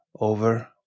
over